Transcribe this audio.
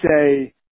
say